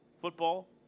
Football